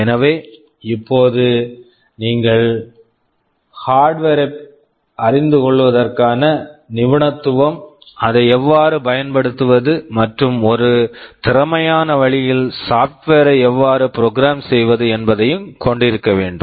எனவே இப்போது நீங்கள் ஹார்ட்வர் hardware ஐ அறிந்து கொள்வதற்கான நிபுணத்துவம் அதை எவ்வாறு பயன்படுத்துவது மற்றும் ஒரு திறமையான வழியில் சாப்ட்வேர் software ஐ எவ்வாறு ப்ரொக்ராம் program செய்வது என்பதையும் கொண்டிருக்க வேண்டும்